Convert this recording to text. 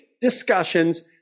discussions